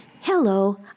Hello